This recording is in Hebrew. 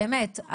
באמת,